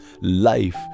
life